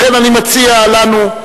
לכן אני מציע לנו,